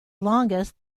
longest